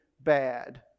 bad